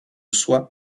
soit